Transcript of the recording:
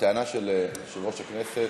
הטענה של יושב-ראש הכנסת,